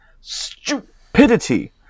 stupidity